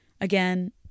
again